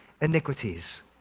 iniquities